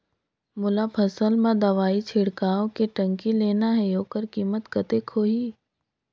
मोला फसल मां दवाई छिड़काव के टंकी लेना हे ओकर कीमत कतेक होही?